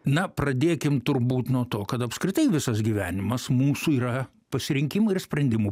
na pradėkim turbūt nuo to kad apskritai visas gyvenimas mūsų yra pasirinkimų ir sprendimų